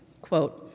quote